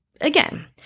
Again